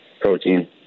protein